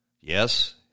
Yes